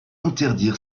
interdire